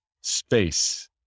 space